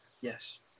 yes